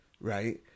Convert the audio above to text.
Right